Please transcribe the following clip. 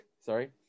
sorry